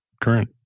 current